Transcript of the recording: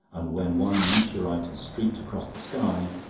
and when one meteorite had streaked across the sky,